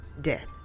death